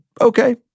Okay